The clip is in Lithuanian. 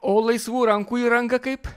o laisvų rankų įranga kaip